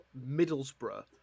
Middlesbrough